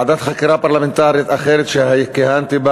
ועדת חקירה פרלמנטרית אחרת שכיהנתי בה